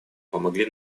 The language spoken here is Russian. помогли